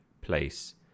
place